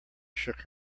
shook